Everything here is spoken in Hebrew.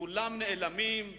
כולם נאלמים,